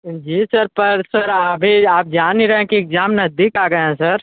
जी sir पर sir अभी आप जान ही रहे हैं कि एग्जाम नज़दीक आ गए हैं सर